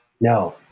No